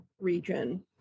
region